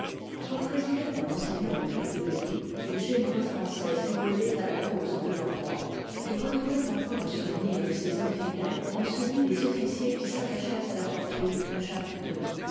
représentoit à m le duc de berry les généreux français immolés à la cause de leur roi il retrouvbit encore le souvenir de ces hommes fidèles dans celui des officiers qui s'attachèrent à la fortune de